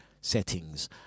settings